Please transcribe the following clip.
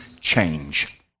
change